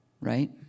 Right